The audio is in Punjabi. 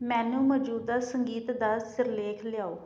ਮੈਨੂੰ ਮੌਜੂਦਾ ਸੰਗੀਤ ਦਾ ਸਿਰਲੇਖ ਲਿਆਓ